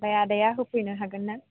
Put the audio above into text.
ओमफ्राय आदाया होफैनो हागोन ना